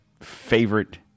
favorite